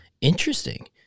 Interesting